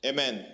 Amen